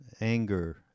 anger